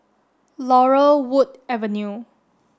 Laurel Wood Avenue